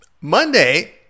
Monday